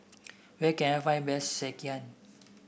where can I find best sekihan